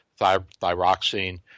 thyroxine